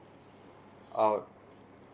oh